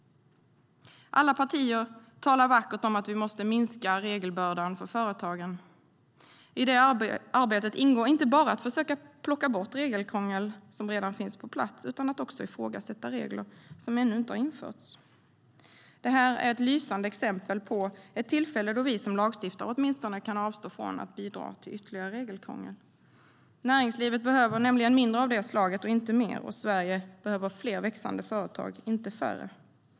Alla partier talar vackert om att vi måste minska regelbördan för företagen. I det arbetet ingår inte bara att försöka plocka bort regelkrångel som redan finns på plats utan också att ifrågasätta regler som ännu inte har införts. Det här är ett lysande exempel på ett tillfälle då vi som lagstiftare åtminstone kan avstå från att bidra till ytterligare regelkrångel. Näringslivet behöver nämligen mindre av det slaget, inte mer, och Sverige behöver fler växande företag, inte färre.